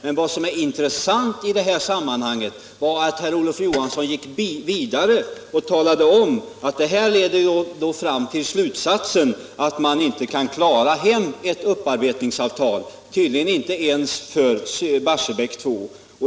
Men vad som är intressant i sammanhanget är att Olof Johansson gick vidare och talade om att detta leder till slutsatsen att man inte kan klara hem ett upparbetningsavtal, tydligen inte ens för Barsebäck 2.